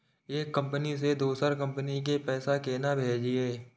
एक कंपनी से दोसर कंपनी के पैसा केना भेजये?